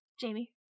Jamie